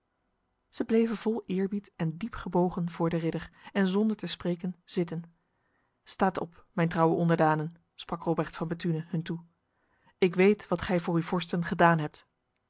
zij bleven vol eerbied en diepgebogen voor de ridder en zonder te spreken zitten staat op mijn trouwe onderdanen sprak robrecht van bethune hun toe ik weet wat gij voor uw vorsten gedaan hebt